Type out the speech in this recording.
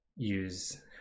use